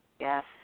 Yes